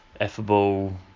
affable